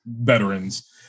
veterans